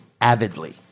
avidly